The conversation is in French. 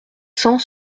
cent